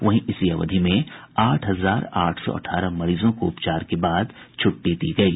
वहीं इसी अवधि में आठ हजार आठ सौ अठारह मरीजों को उपचार के बाद छुट्टी दी गयी